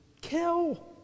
kill